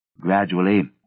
Gradually